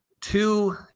two